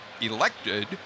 elected